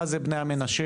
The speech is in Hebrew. מה זה בני המנשה,